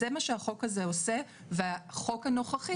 אז זה מה שהחוק הזה עושה והחוק הנוכחי